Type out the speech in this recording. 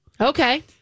Okay